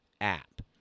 app